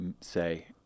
say